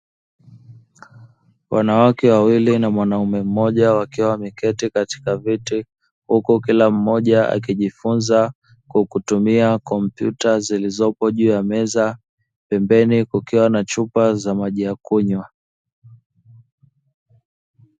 Wanawake wawili na mwanaume mmoja, wakiwa wameketi katika viti. Huku kila mmoja akijifunza kwa kutumia kompyuta zilizopo juu ya meza. Pembeni kukiwa na chupa za maji ya kunywa.